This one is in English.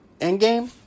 Endgame